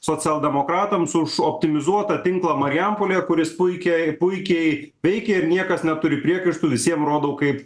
socialdemokratams už optimizuotą tinklą marijampolėje kuris puikiai puikiai veikė ir niekas neturi priekaištų visiem rodau kaip